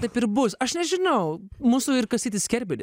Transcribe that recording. taip ir bus aš nežiniau mūsų ir kastytis kerbedi